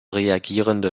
reagierende